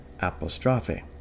apostrophe